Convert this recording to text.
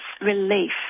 relief